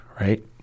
right